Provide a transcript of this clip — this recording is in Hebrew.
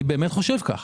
אני באמת חושב כך.